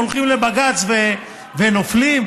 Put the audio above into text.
הולכים לבג"ץ ונופלים?